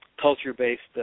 culture-based